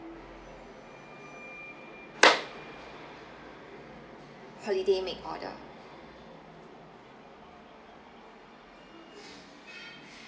holiday make order